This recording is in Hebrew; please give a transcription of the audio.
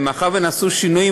מאחר שנעשו שינויים,